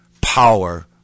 power